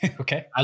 Okay